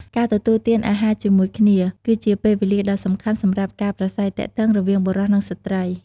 ការទទួលទានអាហារជាមួយគ្នា គឺជាពេលវេលាដ៏សំខាន់សម្រាប់ការ ប្រាស្រ័យទាក់ទងគ្នារវាងបុរស និងស្ត្រី។